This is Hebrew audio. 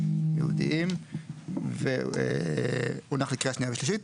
יהודיים והונח לקריאה שנייה ושלישית.